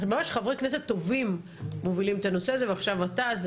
ממש חברי כנסת טובים מובילים את הנושא הזה ועכשיו אתה,